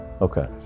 okay